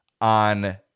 on